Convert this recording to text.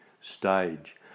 stage